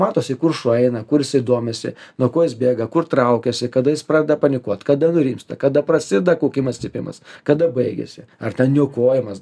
matosi kur šuo eina kur jisai domisi nuo ko jis bėga kur traukiasi kada jis pradeda panikuot kada nurimsta kada prasideda kaukimas cypimas kada baigiasi ar ten niokojimas